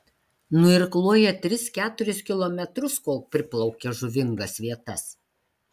nuirkluoja tris keturis kilometrus kol priplaukia žuvingas vietas